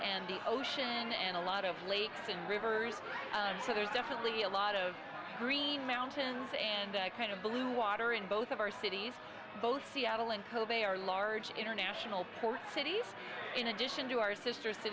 and the ocean and a lot of lakes and rivers and so there's definitely a lot of green mountains and i kind of blue water in both of our cities both seattle and kobe are large international port cities in addition to our sister